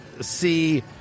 see